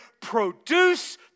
produce